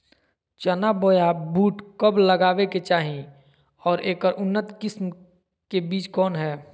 चना बोया बुट कब लगावे के चाही और ऐकर उन्नत किस्म के बिज कौन है?